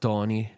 Tony